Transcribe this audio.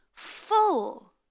full